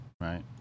Right